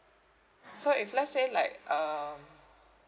so if let's say like um